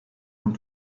und